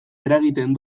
eragiten